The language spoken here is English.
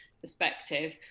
perspective